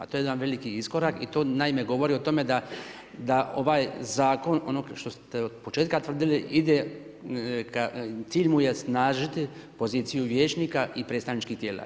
To je jedan veliki iskorak i to naime govori o tome da ovaj zakon, ono što ste od početka tvrdili ide, cilj mu je snažiti poziciju vijećnika i predstavničkih tijela.